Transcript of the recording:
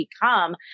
become